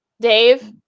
Dave